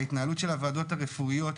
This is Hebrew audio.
ההתנהלות של הוועדות הרפואיות,